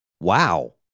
Wow